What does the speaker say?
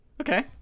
okay